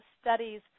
studies